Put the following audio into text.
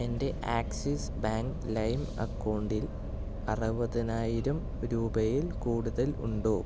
എൻ്റെ Axis bank ലൈം അക്കൗണ്ടിൽ അറുപതിനായിരം രൂപയിൽ കൂടുതൽ ഉണ്ടോ